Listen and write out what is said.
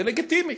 זה לגיטימי,